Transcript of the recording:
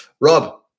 Rob